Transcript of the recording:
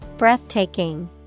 Breathtaking